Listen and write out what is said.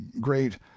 great